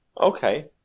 Okay